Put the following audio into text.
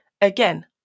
Again